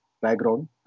background